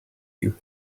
you